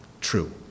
true